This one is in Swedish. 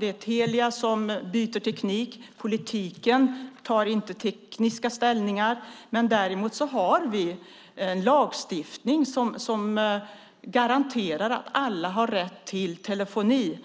Det är Telia som byter teknik. Politiker tar inte ställning till tekniska frågor. Däremot har vi en lagstiftning som garanterar att alla har rätt till telefoni.